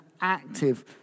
active